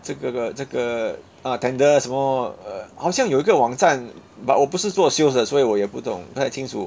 这个个这个 ah tender 什么 uh 好像有一个网站 but 我不是做 sales 的所以我也不懂太清楚